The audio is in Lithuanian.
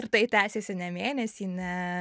ir tai tęsėsi ne mėnesį ne